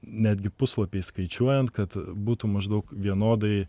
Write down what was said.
netgi puslapiais skaičiuojant kad būtų maždaug vienodai